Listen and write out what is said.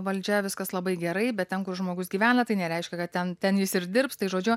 valdžia viskas labai gerai bet ten kur žmogus gyvena tai nereiškia kad ten ten jis ir dirbs tai žodžiu